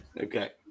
Okay